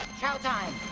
chow time!